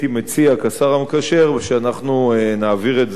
שאנחנו נעביר את זה לוועדת הבריאות